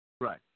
Right